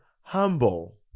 humble